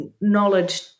knowledge